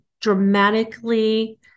dramatically